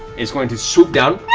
it's going to swoop down